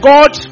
God